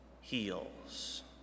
heals